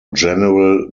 general